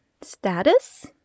status